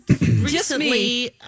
recently